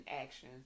action